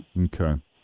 Okay